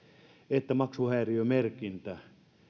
että maksuhäiriömerkintä